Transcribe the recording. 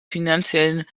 finanziellen